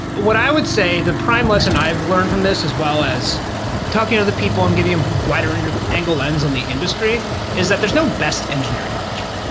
what i would say the prime lesson i've learned from this as well as talking to other people and getting a wider and angle lens in the industry is that there is no best engineering culture.